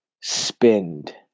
spend